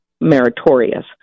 meritorious